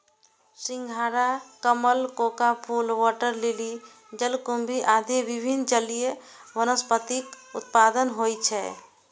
सिंघाड़ा, कमल, कोका फूल, वाटर लिली, जलकुंभी आदि विभिन्न जलीय वनस्पतिक उत्पादन होइ छै